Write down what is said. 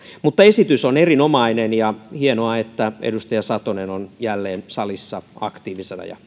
mutta esitys on erinomainen ja hienoa että edustaja satonen on jälleen salissa aktiivisena ja